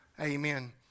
Amen